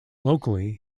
locally